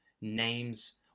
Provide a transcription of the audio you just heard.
names